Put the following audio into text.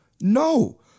no